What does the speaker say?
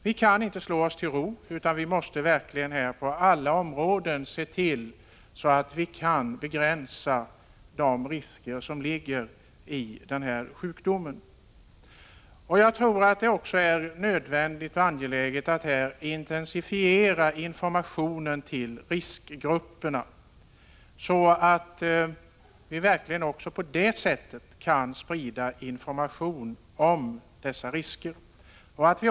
Vi kan inte slå oss till ro utan måste på alla områden se till att vi kan begränsa de risker som är förenade med aidssjukdomen. Jag tror vidare att det är nödvändigt och angeläget att intensifiera informationen till riskgrupperna, så att dessa verkligen blir medvetna om riskerna.